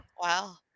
Wow